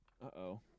Uh-oh